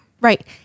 Right